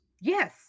yes